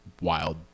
wild